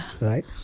Right